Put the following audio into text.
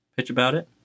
pitchaboutit